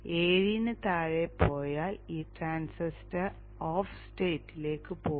7 ന് താഴെ പോയാൽ ഈ ട്രാൻസിസ്റ്റർ ഓഫ് സ്റ്റേറ്റിലേക്ക് പോകും